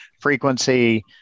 frequency